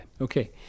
Okay